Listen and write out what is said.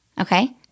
okay